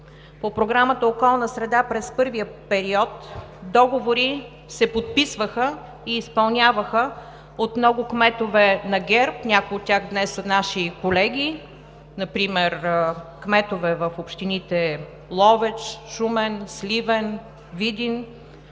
По Програмата „Околна среда“ през първия период договори се подписваха и изпълняваха от много кметове на ГЕРБ, някои от тях днес са наши колеги, например кметове в общините Ловеч, Шумен, Сливен, Видин,